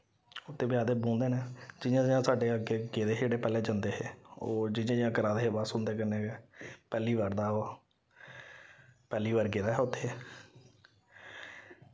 उत्थै बी आखदे बौंह्दे न जि'यां जि'यां साढ़े अग्गे गेदे हे जेह्ड़े पैह्लें जंदे हे ओह् जि'यां जि'यां करा दे बस उंदे कन्नै गै पैह्ली बार दा ओह् पैह्ली बारी गेदा हा उत्थै